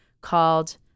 called